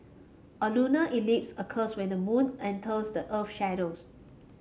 a lunar eclipse occurs when the moon enters the earth shadows